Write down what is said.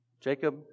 Jacob